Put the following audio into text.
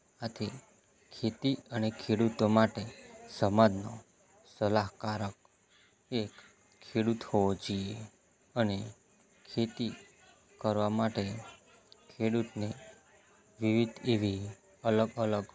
આથી ખેતી અને ખેડુતો માટે સમાજનો સલાહકાર એક ખેડુત હોવો જોઈએ અને ખેતી કરવા માટે ખેડુતને વિવિધ એવી અલગ અલગ